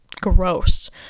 gross